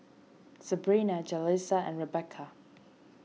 Sebrina Jalissa and Rebecca